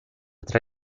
tra